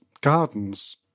gardens